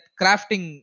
crafting